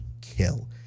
kill